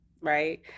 right